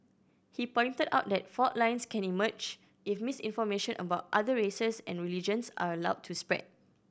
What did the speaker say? he pointed out that fault lines can emerge if misinformation about other races and religions are allowed to spread